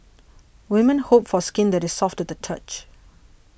women hope for skin that is soft to the touch